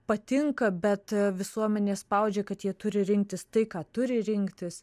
patinka bet visuomenė spaudžia kad jie turi rinktis tai ką turi rinktis